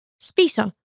spisa